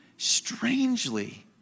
strangely